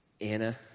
Anna